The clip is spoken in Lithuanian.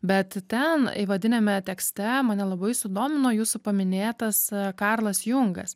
bet ten įvadiniame tekste mane labai sudomino jūsų paminėtas karlas jungas